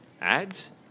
ads